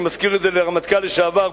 אני מזכיר את זה לרמטכ"ל לשעבר,